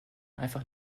einfach